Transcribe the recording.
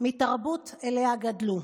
מתרבות שאליה גדלו,